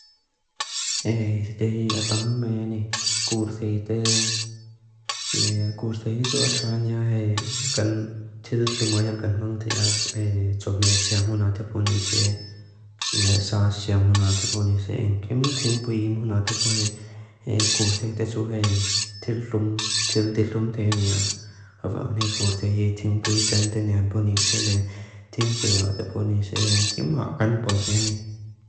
Téhi a tómmi áni górthei tó. Le górthei isó atráni áhi. Gan til lúm áyan gan mong téhas. Tómi ás yá mu ná té ponísé. Le sás yá mu ná té ponísé. Enkím tíng puiín húná té ponísé. Górthei tésu hé til lúm. Til dilúm té áni á. Áfá áni górthei í tíng pui isé. Téni án ponísé le. Tíng pui án té ponísé. Enkím ákán pol té áni.